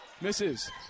misses